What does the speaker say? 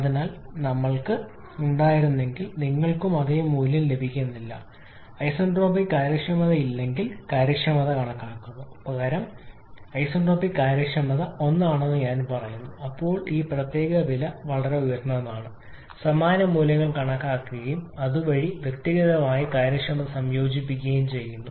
അതിനാൽ ഞങ്ങൾക്ക് ഉണ്ടായിരുന്നെങ്കിൽ നിങ്ങൾക്ക് അതേ മൂല്യം ലഭിക്കുന്നില്ല ഐസന്റ്രോപിക് കാര്യക്ഷമത ഇല്ലെങ്കിൽ കാര്യക്ഷമത കണക്കാക്കുന്നു പകരം ഞാൻ ചെയ്യണം ഐസന്റ്രോപിക് കാര്യക്ഷമത ഒന്നാണെന്ന് പറയുക അപ്പോൾ ഈ പ്രത്യേക വില വളരെ ഉയർന്നതാണ് സമാന മൂല്യങ്ങൾ കണക്കാക്കുകയും അതുവഴി ഈ വ്യക്തിഗത കാര്യക്ഷമത സംയോജിപ്പിക്കുകയും ചെയ്യുക